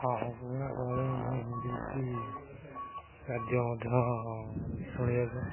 ହଁ ହଁ ପୁରୁଣା କିଛି କାର୍ଯ୍ୟ ମଧ୍ୟ ଶୁଣିବାକୁ